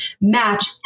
match